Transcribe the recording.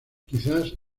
quizás